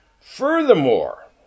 Furthermore